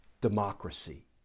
democracy